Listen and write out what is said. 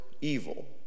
evil